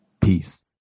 peace